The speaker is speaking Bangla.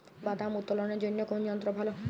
বাদাম উত্তোলনের জন্য কোন যন্ত্র ভালো?